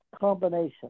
combination